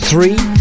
Three